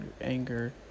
anger